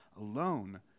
alone